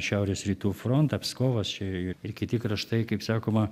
šiaurės rytų frontą pskovas čia ir kiti kraštai kaip sakoma